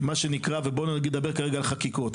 נדבר כרגע על חקיקה.